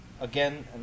again